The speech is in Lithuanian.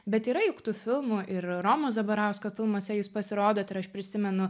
bet yra juk tų filmų ir romo zabarausko filmuose jūs pasirodot ir aš prisimenu